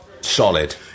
solid